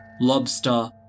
lobster